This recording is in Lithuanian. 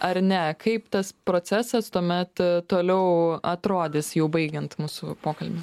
ar ne kaip tas procesas tuomet toliau atrodys jau baigiant mūsų pokalbį